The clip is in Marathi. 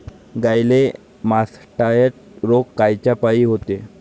गाईले मासटायटय रोग कायच्यापाई होते?